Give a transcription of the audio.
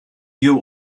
you